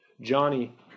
Johnny